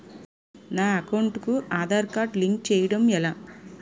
నా అకౌంట్ కు Aadhaar card link చేయడం ఎలా?